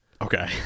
Okay